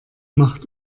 macht